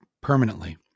permanently